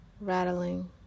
rattling